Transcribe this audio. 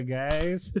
guys